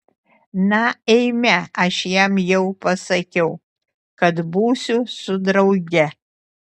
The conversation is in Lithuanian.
na eime aš jam jau pasakiau kad būsiu su drauge